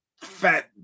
fat